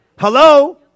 Hello